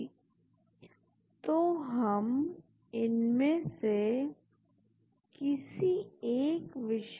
तो इसमें चाहिए एक सक्रिय मॉलिक्यूल प्रयोग से निर्धारित या अनुमानित बाइंडिंग कंफर्मेशन के साथ